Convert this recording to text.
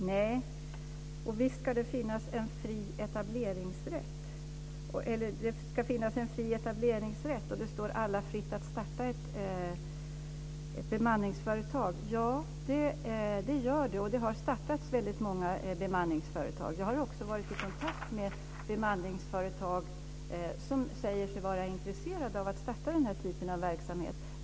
Fru talman! Visst ska det finnas en fri etableringsrätt, och det ska stå alla fritt att starta ett bemanningsföretag. Och det gör det. Det har startats väldigt många bemanningsföretag. Jag har också varit i kontakt med bemanningsföretag som säger sig vara intresserade av att starta den här typen av verksamhet.